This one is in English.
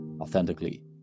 authentically